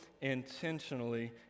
intentionally